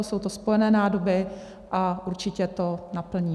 Jsou to spojené nádoby a určitě to naplníme.